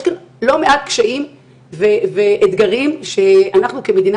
יש כאן לא מעט קשיים ואתגרים שאנחנו כמדינה